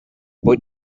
but